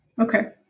Okay